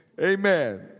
Amen